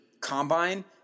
combine